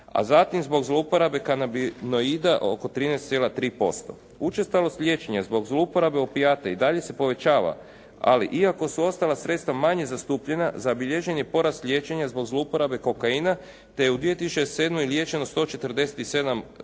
a zatim zbog zlouporabe kanabinoida oko 13,3%. Učestalost liječenja zbog zlouporabe opijata i dalje se povećava ali iako su ostala sredstva manje zastupljena zabilježen je porast liječenja zbog zlouporabe kokaina te je u 2007. liječeno 147 osoba